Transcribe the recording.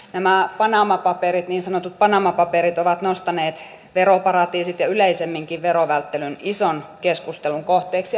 nämä niin sanotut panama paperit ovat nostaneet veroparatiisit ja yleisemminkin verovälttelyn ison keskustelun kohteeksi ja hyvä niin